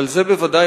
אבל זה בוודאי,